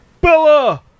Bella